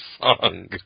song